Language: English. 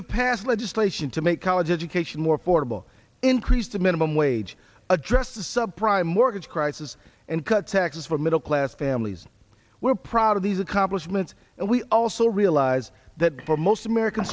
have passed legislation to make college education more affordable increase the minimum wage address the subprime mortgage crisis and cut taxes for middle class families we're proud of these accomplishments and we also realize that for most american